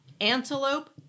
antelope